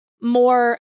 more